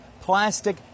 plastic